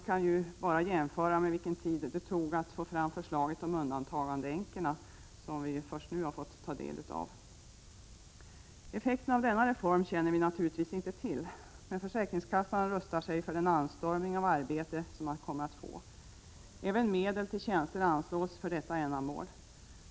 Man kan bara jämföra med den tid det tog att få fram förslaget om undantagandeänkorna, som vi först nu fått ta del av. Effekten av denna reform känner vi naturligtvis inte till, men försäkringskassan rustar sig för den ökning av arbetsbördan som man kommer att få. För detta ändamål anslås även medel till tjänster.